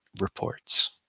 reports